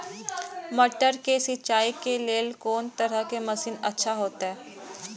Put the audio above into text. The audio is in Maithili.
मटर के सिंचाई के लेल कोन तरह के मशीन अच्छा होते?